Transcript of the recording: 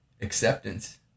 acceptance